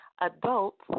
adults